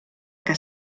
que